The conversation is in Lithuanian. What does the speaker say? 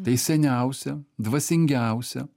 tai seniausia dvasingiausia